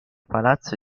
palazzo